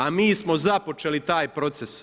A mi smo započeli taj proces.